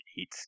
eight